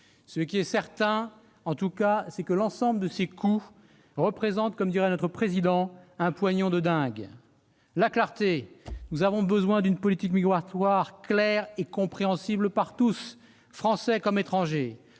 Ce qui est certain, en tout cas, c'est que l'ensemble de ces coûts représente, comme dirait notre Président, un « pognon de dingue ». La clarté, ensuite. Nous avons besoin d'une politique migratoire claire et compréhensible par tous, Français comme étrangers.